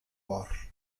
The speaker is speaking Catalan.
bor